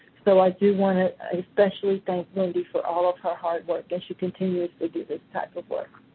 so, i do want to especially thank wendy for all of her hard work as she continues to do this type of work.